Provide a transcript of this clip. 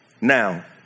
Now